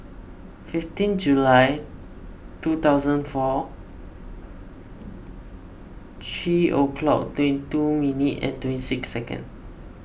fifteen July two thousand four three o'clock twenty two minute and twenty six second